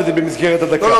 וזה במסגרת הדקה.